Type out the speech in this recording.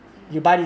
um